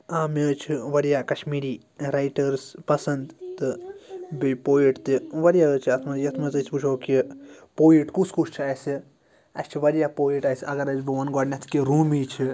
آ مےٚ حظ چھِ واریاہ کَشمیٖری رایٹٲرٕس پَسَند تہٕ بیٚیہِ پویٹ تہِ واریاہ حظ چھِ اَتھ مَنٛز یَتھ منٛز أسۍ وٕچھو کہِ پویٹ کُس کُس چھُ اَسہِ اَسہِ چھِ واریاہ پویٹ اَسہِ اگر اَسہِ بہٕ وَنہٕ گۄڈٕنٮ۪تھ کہِ روٗمی چھِ